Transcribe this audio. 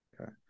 Okay